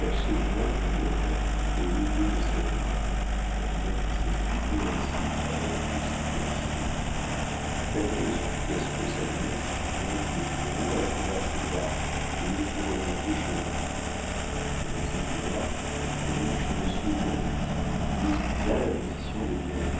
absolument demeurer au milieu de ses ruines en disant qu'il s'expliquerait ainsi avec tous ses créanciers malgré les supplications de sa nièce l'oncle pillerault approuva césar et le fit remonter chez lui le rusé vieillard courut chez monsieur haudry lui expliqua la position de